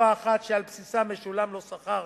בתקופה אחת שעל בסיסה משולם לו שכר,